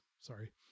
sorry